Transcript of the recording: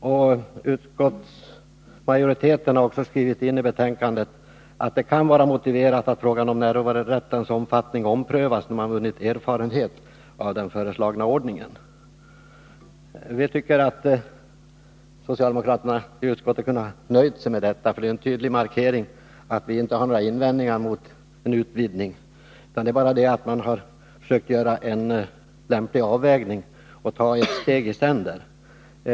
Utskottsmajoriteten har också skrivit in i betänkandet att det kan vara motiverat att frågan om närvarorättens omfattning omprövas, när man har vunnit erfarenhet av den föreslagna ordningen. Vi tycker att socialdemokraternai utskottet borde ha kunnat nöja sig med detta, eftersom det är en tydlig markering av att vi inte har några invändningar mot en utvidgning. Man har bara försökt göra en lämplig avvägning och ta ett steg i sänder.